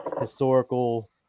historical